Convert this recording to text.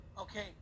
Okay